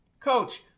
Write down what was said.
Coach